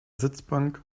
sitzbank